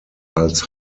als